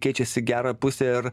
keičiasi į gerąją pusę ir